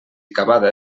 cavada